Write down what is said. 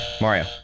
Mario